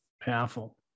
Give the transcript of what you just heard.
Powerful